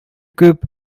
күп